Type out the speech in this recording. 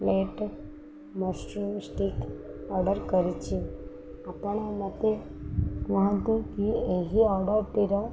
plate mushroom stick order କରିଛି ଆପଣ ମୋତେ କୁହନ୍ତୁ କି ଏହି ଅର୍ଡ଼ର୍ଟିର